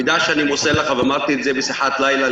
המידע שאני מוסר לך ואמרתי לך בשיחת לילה,